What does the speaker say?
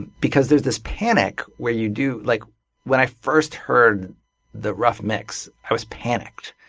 because there's this panic where you do like when i first heard the rough mix, i was panicked.